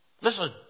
Listen